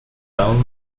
dull